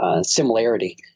similarity